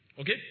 okay